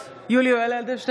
(קוראת בשמות חברי הכנסת) יולי יואל אדלשטיין,